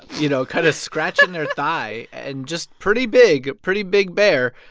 you know, kind of scratching their thigh and just pretty big pretty big bear,